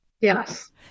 Yes